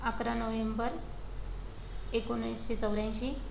अकरा नोएंबर एकोणवीसशे चौऱ्याऐंशी